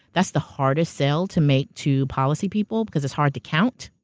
that's the hardest sale to make to policy people, because it's hard to count.